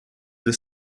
для